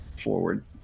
forward